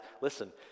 listen